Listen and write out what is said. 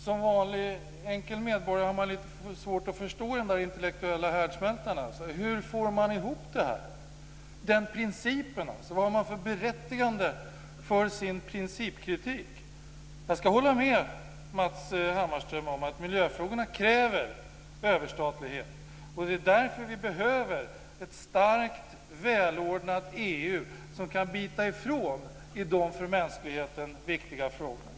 Som vanlig enkel medborgare har man lite svårt att förstå denna intellektuella härdsmälta. Hur får man detta att gå ihop? Vilket berättigande har man för sin principkritik? Jag håller med Matz Hammarström om att miljöfrågorna kräver överstatlighet, och det är därför som vi behöver ett starkt och välordnat EU, som kan bita ifrån sig i de för mänskligheten viktiga frågorna.